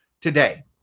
today